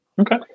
Okay